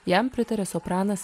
jam pritarė sopranas